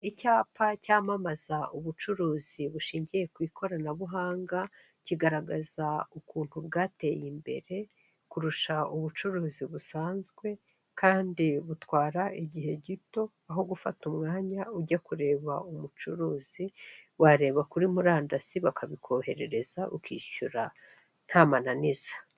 Icyapa cyamamaza ubucuruzi bushingiye ku ikoranabuhanga, kigaragaza ukuntu bwateye imbere kurusha ubucuruzi busanzwe, kandi butwara igihe gito, aho gufata umwanya ujya kureba umucuruzi, wareba kuri murandasi, bakabikoherereze, ukishyura nta mananiza.